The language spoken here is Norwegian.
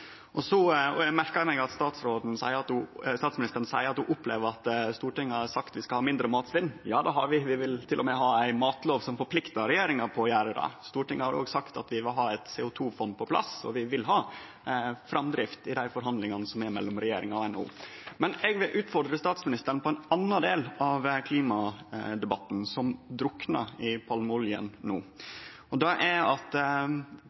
Eg merkar meg at statsministeren seier at ho opplever at Stortinget har sagt vi skal ha mindre matsvinn. Ja, det har vi – vi vil til og med ha ei matlov som forpliktar regjeringa til det. I Stortinget har vi òg sagt at vi vil ha på plass eit CO 2 -fond, og vi vil ha framdrift i dei forhandlingane som er mellom regjeringa og NHO. Men eg vil utfordre statsministeren på ein annan del av klimadebatten, som no druknar i palmeoljen. Det er at